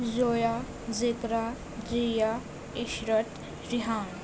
Zoya Zikra Zia Ishrat Rehan